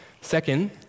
Second